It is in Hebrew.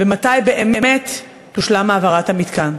2. מתי באמת תושלם העברת המתקן?